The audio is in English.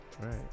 Right